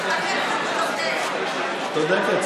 צודקת.